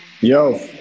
Yo